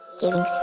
giving